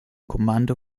kommando